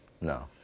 No